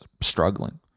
struggling